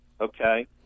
okay